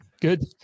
Good